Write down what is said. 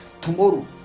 tomorrow